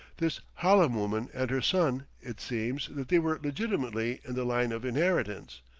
this hallam woman and her son it seems that they were legitimately in the line of inheritance,